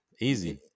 Easy